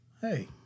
hey